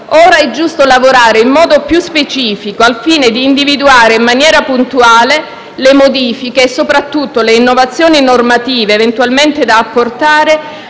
ora è giusto lavorare in modo più specifico al fine di individuare in maniera puntuale le modifiche e soprattutto le innovazioni normative eventualmente da apportare